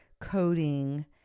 coding